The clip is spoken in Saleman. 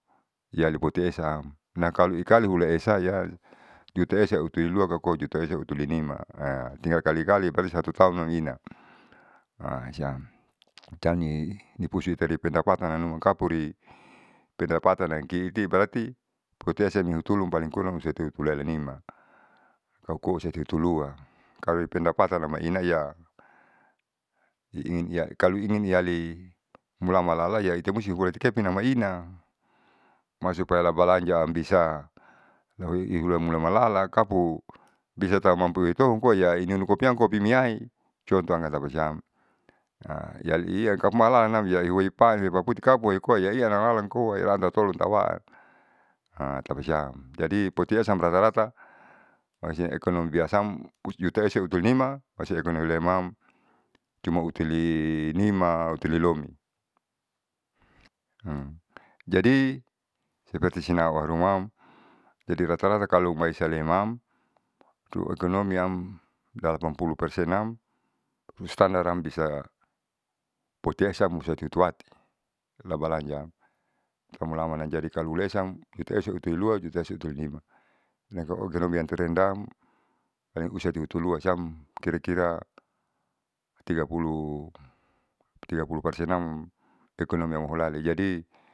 Iyali potuesa am nakalo ikaali hulaesam ya juta esa utulilua juta esa utulinima tinggal kali kali pasirhatutua namnima hasiam siamni ipusu itari pendapatan nanuma kapuri pendapatan nakiiti tati berati potuesa nihutun paling kurang husati hutukasesa amnima aukoa husatihutulua kaloipendapatan amainaia i ingin iya kalo ingin iyali mulamalaia itemusti hulaiitekepene maina marsupaya la balanja ambisa lahoiuhula mulamalala kapu bisatau mampu itolun koa inunu kopiam kopiniai contoham tapasiam jadi yang kamalalanam paputikapuiyakoa iyaiya nanlalankoa iraan tautolun tauawan hatapasiam. Jadi potiesa am rata rata tapasia ekonomi biasaam juta esa hutulinima masoh ekonomileimam cuma hutulinima hutulilomi. jadi seperti sinauharuma jadi kalo rata rata maisalemam luhutunomi dalapan puluh persenam itu standaram bisa putiesaam usatiutuati labalanjaam aumulaman jadi kalo lesaam jutaesa hutulilua jutaesa hutulinima nakalotoatirendam husatiutulua siam kira kira tiga puluh tiga pulu persenam ekonomiam holalin jadi.